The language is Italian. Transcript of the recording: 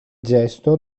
gesto